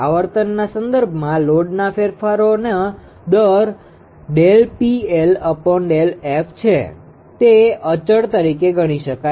આવર્તનના સંદર્ભમાં લોડના ફેરફારનો દર 𝜕𝑃𝐿𝜕𝑓 છે તે અચળ તરીકે ગણી શકાય